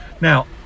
Now